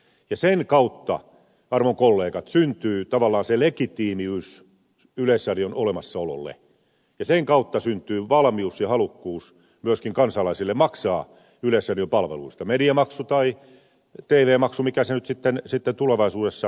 ja sen kautta arvon kollegat syntyy tavallaan se legitiimiys yleisradion olemassaololle ja sen kautta syntyy valmius ja halukkuus myöskin kansalaisille maksaa yleisradion palveluista mediamaksu tai tv maksu mikä se nyt sitten tulevaisuudessa onkaan